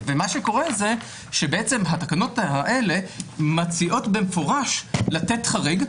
ומה שקורה זה שבעצם התקנות האלה מציעות במפורש לתת חריג,